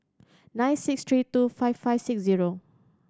nine six three two five five six zero